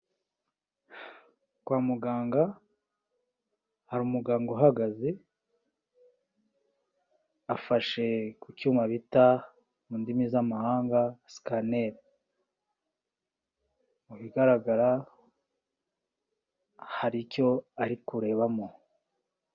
Kwa muganga hari umuganga uhagaze afashe ku cyuma bita mu ndimi z'amahanga scanner, mu bigaragara hari icyo ari kurebamo.